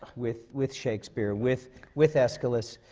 with with shakespeare, with with aeschylus.